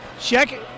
check